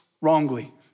wrongly